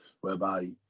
whereby